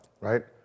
right